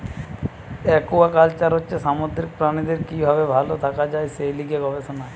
aquaculture হচ্ছে সামুদ্রিক প্রাণীদের কি ভাবে ভাল থাকা যায় সে লিয়ে গবেষণা